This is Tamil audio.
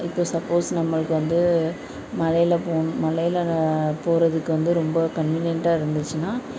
இப்போது சப்போஸ் நம்மளுக்கு வந்து மழையில போகணும் மழையில போகிறதுக்கு வந்து ரொம்ப கன்வீனியண்ட்டாக இருந்துச்சின்னால்